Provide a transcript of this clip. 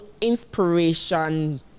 inspiration